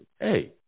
Hey